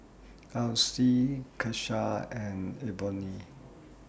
Alcee Kesha and Ebony